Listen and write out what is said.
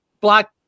Black